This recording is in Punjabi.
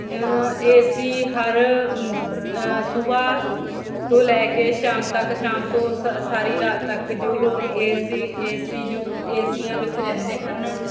ਏਸੀ ਹਰ ਸੁਬਹਾ ਤੋਂ ਲੈ ਕੇ ਸ਼ਾਮ ਤੱਕ ਸ਼ਾਮ ਤੋਂ ਸ ਸਾਰੀ ਰਾਤ ਤੱਕ ਜੋ ਲੋਕ ਏਸੀ ਏਸੀ ਜੋ ਏਸੀਆਂ ਵਿੱਚ ਰਹਿੰਦੇ ਹਨ